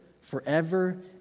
forever